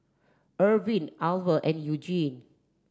Irvine Alver and Eugene